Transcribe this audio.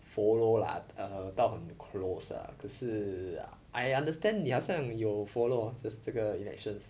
follow lah err 到很 close ah 可是 uh I understand 你好像有 follow hor 这这个 elections